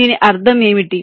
దీని అర్థం ఏమిటి